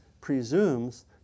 presumes